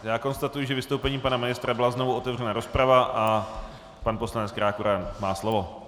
Já konstatuji, že vystoupením pana ministra byla znovu otevřena rozprava a pan poslanec Krákora má slovo.